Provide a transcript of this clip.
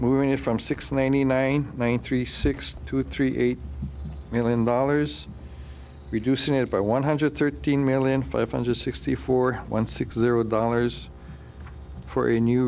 moving in from six ninety nine one three six two three eight million dollars reducing it by one hundred thirteen million five hundred sixty four one six zero dollars for a new